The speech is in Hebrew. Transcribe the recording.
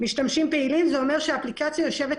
"משתמשים פעילים" זה אומר שהאפליקציה מותקנת